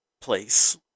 place